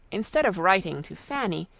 instead of writing to fanny,